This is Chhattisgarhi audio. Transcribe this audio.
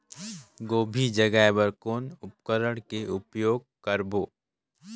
गोभी जगाय बर कौन उपकरण के उपयोग करबो?